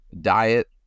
diet